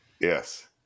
Yes